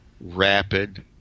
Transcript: rapid